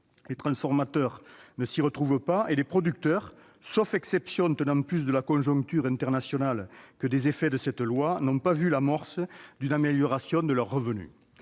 Les transformateurs ne s'y retrouvent pas et les producteurs, sauf exception tenant plus de la conjoncture internationale que des effets de cette loi, n'ont pas vu l'amorce d'une amélioration de leur revenu.